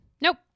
Nope